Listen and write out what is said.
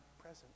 present